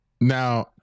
Now